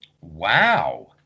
Wow